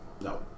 No